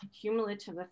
cumulative